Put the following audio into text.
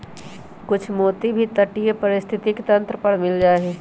कुछ मोती भी तटीय पारिस्थितिक तंत्र पर मिल जा हई